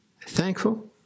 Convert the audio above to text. thankful